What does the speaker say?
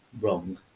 wrong